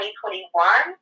2021